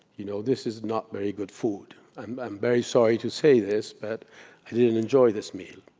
you know this is not very good food. i'm i'm very sorry to say this, but i didn't enjoy this meal.